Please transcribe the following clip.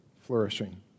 flourishing